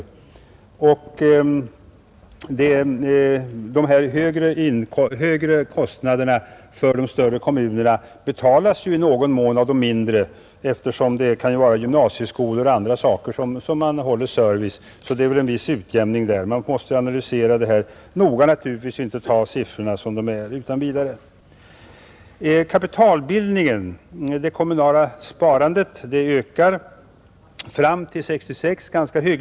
Vid bedömningen av dessa siffror bör man givetvis ta hänsyn till att de mindre kommunerna mot betalning får en viss service av de större eftersom de får utnyttja deras gymnasieskolor m.m., så det blir en viss utjämning. Man måste naturligtvis analysera detta siffermaterial noggrant och inte godta det utan vidare. Kapitalbildningen, det kommunala sparandet, ökade ganska hyggligt fram till 1966.